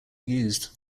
used